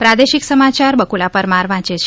પ્રાદેશિક સમાચાર બેકુલા પરમાર વાંચે છે